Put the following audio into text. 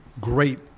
great